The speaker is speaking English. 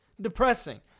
depressing